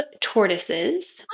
tortoises